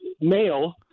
male